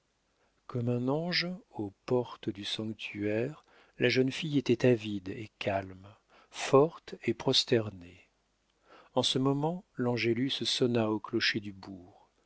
comme un ange aux portes du sanctuaire la jeune fille était avide et calme forte et prosternée en ce moment l'angélus sonna au clocher du bourg